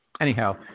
Anyhow